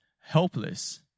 helpless